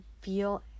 feel